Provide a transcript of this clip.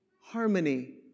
harmony